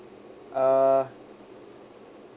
uh